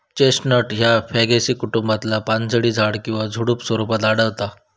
chestnut ह्या फॅगेसी कुटुंबातला पानझडी झाड किंवा झुडुप स्वरूपात आढळता